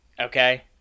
okay